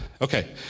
Okay